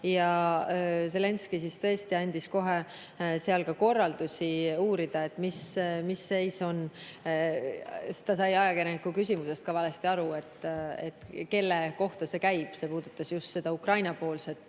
ja Zelenskõi siis andis kohe ka korralduse uurida, mis seis on. Ta sai ajakirjaniku küsimusest ka valesti aru, et kelle kohta see käib – see puudutas just seda Ukraina